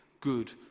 good